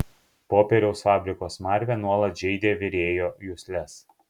popieriaus fabriko smarvė nuolat žeidė virėjo jusles